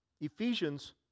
Ephesians